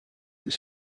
its